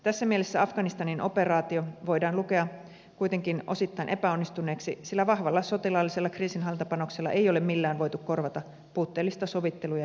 tässä mielessä afganistanin operaatio voidaan lukea kuitenkin osittain epäonnistuneeksi sillä vahvalla sotilaallisella kriisinhallintapanoksella ei ole millään voitu korvata puutteellista sovittelu ja neuvottelupanosta